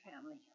family